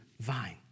vine